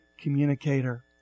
communicator